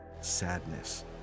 sadness